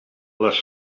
les